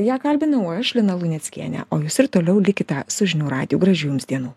ją kalbinau aš lina luneckienė o jūs ir toliau likite su žinių radijo gražių jums dienų